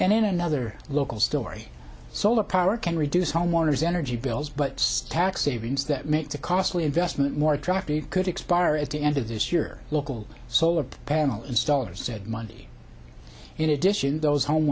and in another local story solar power can reduce homeowners energy bills but stack savings that makes a costly investment more attractive could expire at the end of this year local solar panel installers said monday in addition those home